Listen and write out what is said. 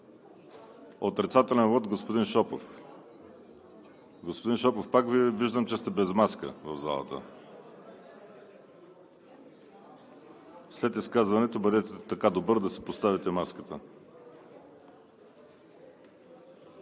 Отрицателен вот – господин Шопов. Господин Шопов, пак Ви виждам, че сте без маска в залата. След изказването, бъдете така добър да си поставите маската.